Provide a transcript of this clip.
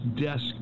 desk